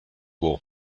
war